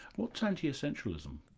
what's anti-essentialism?